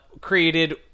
created